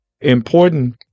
important